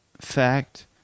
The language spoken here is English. fact